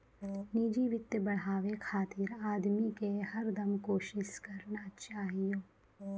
निजी वित्त बढ़ाबे खातिर आदमी के हरदम कोसिस करना चाहियो